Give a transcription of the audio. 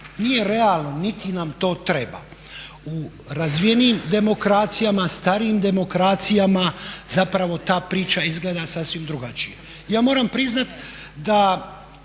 Nije realno niti nam to treba. U razvijenijim demokracijama, starijim demokracijama zapravo ta priča izgleda sasvim drugačije. Ja moram priznat da